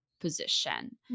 position